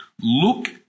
look